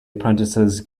apprentices